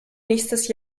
nächstes